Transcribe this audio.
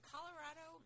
Colorado